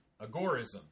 agorism